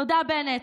תודה, בנט,